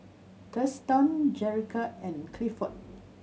Thurston Jerica and Clifford